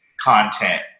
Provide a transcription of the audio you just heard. content